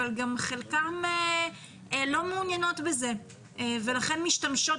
אבל חלקן לא מעוניינות בזה ולכן משתמשות